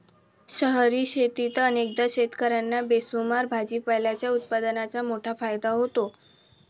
शहरी शेतीत अनेकदा शेतकर्यांना बेसुमार भाजीपाल्याच्या उत्पादनाचा मोठा फायदा होतो